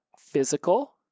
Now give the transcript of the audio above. physical